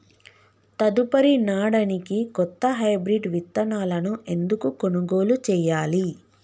తదుపరి నాడనికి కొత్త హైబ్రిడ్ విత్తనాలను ఎందుకు కొనుగోలు చెయ్యాలి?